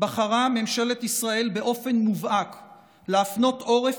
בחרה ממשלת ישראל באופן מובהק להפנות עורף